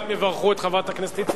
כולם יברכו את חברת הכנסת איציק,